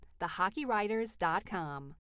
thehockeywriters.com